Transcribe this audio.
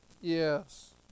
yes